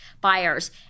buyers